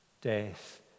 death